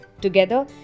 Together